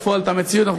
בפועל, את המציאות.